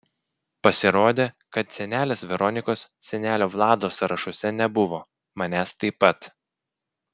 pasirodė kad senelės veronikos senelio vlado sąrašuose nebuvo manęs taip pat